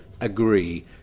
agree